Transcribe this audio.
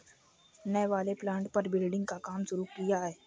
नए वाले प्लॉट पर बिल्डिंग का काम शुरू किया है